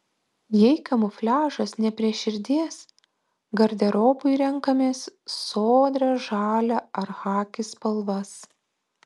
jei kamufliažas ne prie širdies garderobui renkamės sodrią žalią ar chaki spalvas